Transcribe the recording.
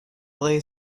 lay